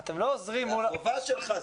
זאת החובה שלך.